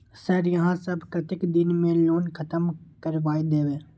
Sir यहाँ सब कतेक दिन में लोन खत्म करबाए देबे?